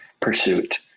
pursuit